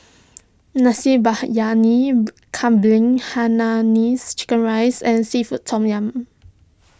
Nasi Kambing Hainanese Chicken Rice and Seafood Tom Yum